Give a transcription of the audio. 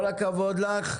הכבוד לך.